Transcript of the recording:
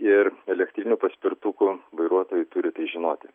ir elektrinių paspirtukų vairuotojai turi tai žinoti